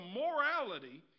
morality